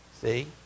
see